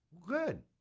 Good